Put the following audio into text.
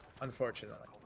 unfortunately